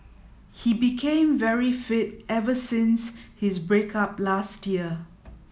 he became very fit ever since his break up last year